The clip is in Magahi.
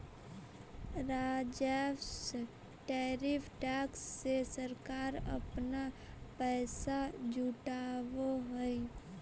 राजस्व टैरिफ टैक्स से सरकार अपना पैसा जुटावअ हई